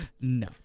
No